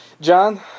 John